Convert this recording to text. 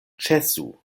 ĉesu